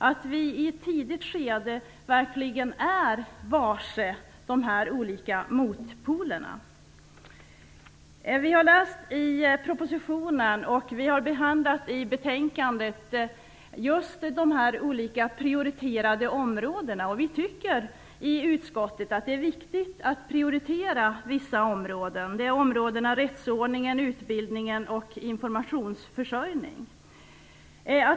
Vi måste i ett tidigt skede verkligen vara varse de här olika motpolerna. Vi har läst i propositionen och vi har i betänkandet behandlat just de här olika prioriterade områdena, och vi tycker i utskottet att det är viktigt att prioritera vissa områden. Det är områdena rättsordning, utbildning och informationsförsörjning.